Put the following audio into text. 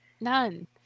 none